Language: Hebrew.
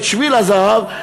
את שביל הזהב,